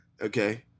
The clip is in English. Okay